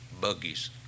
buggies